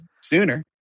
sooner